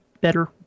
better